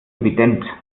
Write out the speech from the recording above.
evident